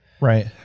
right